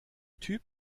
typ